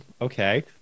okay